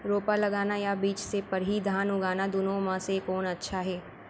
रोपा लगाना या बीज से पड़ही धान उगाना दुनो म से कोन अच्छा हे?